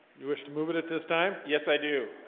you wish to move it at this time. yes, i do